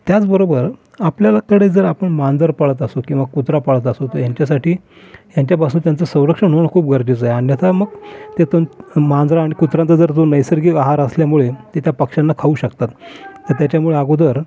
त्याचबरोबर आपल्यालाकडे जर आपण मांजर पाळत असू किंवा कुत्रा पाळत असू तर ह्यांच्यासाठी ह्यांच्यापासून त्यांचं संरक्षण होणं खूप गरजेचं आहे अन्यथा मग ते तंत मांजर आणि कुत्र्यांचा जर तो नैसर्गिक आहार असल्यामुळे ते त्या पक्ष्यांना खाऊ शकतात तर त्याच्यामुळे अगोदर